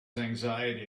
anxiety